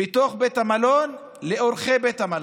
בתוך בית המלון לאורחי בית המלון.